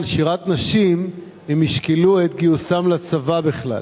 שירת נשים הם ישקלו את גיוסם לצבא בכלל.